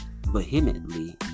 vehemently